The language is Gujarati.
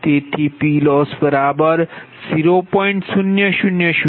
તેથી PLoss 0